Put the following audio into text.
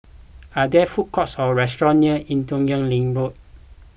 are there food courts or restaurants near Ee Teow Leng Road